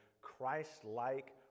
Christ-like